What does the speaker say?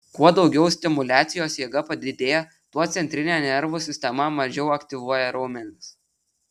kuo daugiau stimuliacijos jėga padidėja tuo centrinė nervų sistema mažiau aktyvuoja raumenis